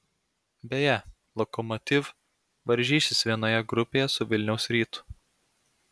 beje lokomotiv varžysis vienoje grupėje su vilniaus rytu